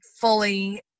fully